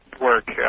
work